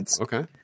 okay